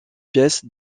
pièces